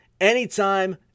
anytime